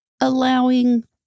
Allowing